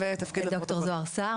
ד"ר זהר סהר,